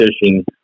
fishing